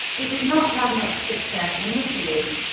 it did not have much success initially.